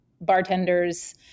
bartenders